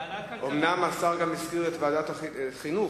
השר הזכיר גם את ועדת החינוך,